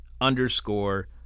underscore